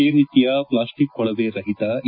ಈ ರೀತಿಯ ಪ್ಲಾಸ್ಸಿಕ್ ಕೊಳವೆ ರಹಿತ ಇ